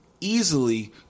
easily